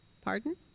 Pardon